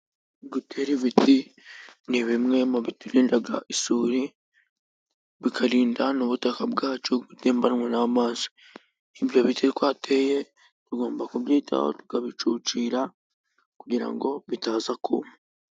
Gutera ibiti ni bimwe mu biturinda isuri, bikarinda ubutaka bwacu gutembanwa n'amazi, ibyo biti ko twateye tugomba kubyiho tukabicucira kugira ngo bitaza kuma.